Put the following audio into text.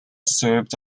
served